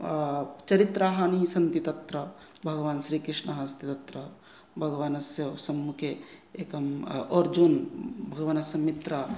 चरित्राणि सन्ति तत्र भगवान् श्रीकृष्णः अस्ति तत्र भगवतस्य सम्मुखे एकम् अर्जुनः भगवतस्य मित्रं